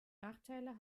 nachteile